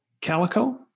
Calico